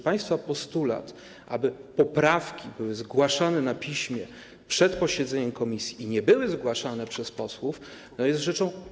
Państwa postulat, aby poprawki były zgłaszane na piśmie przed posiedzeniem komisji i nie były zgłaszane przez posłów, jest rzeczą absurdalną.